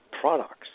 products